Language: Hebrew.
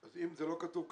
זה לא כתוב כך.